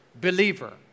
believer